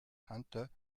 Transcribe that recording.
hunter